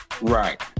Right